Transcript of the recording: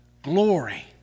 glory